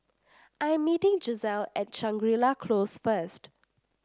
I am meeting Giselle at Shangri La Close first